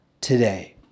today